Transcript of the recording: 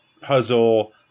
puzzle